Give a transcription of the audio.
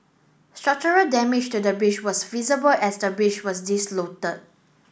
structural damage to the bridge was visible as the bridge was